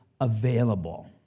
available